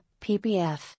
PPF